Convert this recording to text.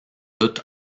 doute